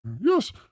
Yes